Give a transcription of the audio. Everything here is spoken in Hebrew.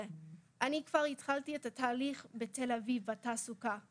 ואני כבר התחלתי את התהליך בלשכת התעסוקה בתל אביב,